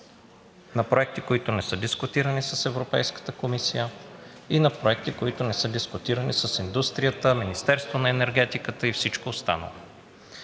на проекти, които не са дискутирани с Европейската комисия, и на проекти, които не са дискутирани с индустрията, Министерството на енергетиката и всичко останало.